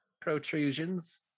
protrusions